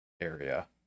area